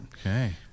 okay